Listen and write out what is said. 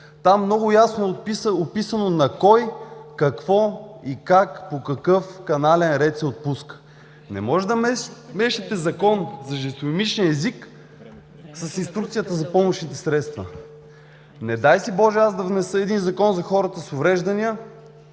Там много ясно е описано на кой, какво и как, по какъв канален ред се отпуска. Не може да мешате Закон за жестомимичния език с Инструкцията за помощни средства. Не дай си, Боже, аз да внеса един закон за хората с увреждания